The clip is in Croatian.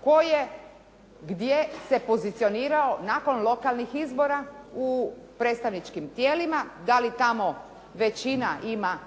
tko je gdje se pozicionirao nakon lokalnih izbora u predstavničkim tijelima, da li tamo većina ima